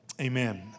Amen